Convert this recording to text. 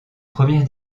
première